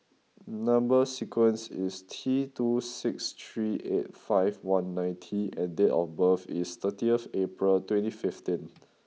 number sequence is T two six three eight five one nine T and date of birth is thirtieth April twenty fifteen